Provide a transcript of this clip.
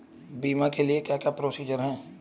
बीमा के लिए क्या क्या प्रोसीजर है?